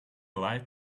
allowed